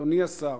אדוני השר,